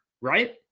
right